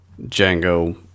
Django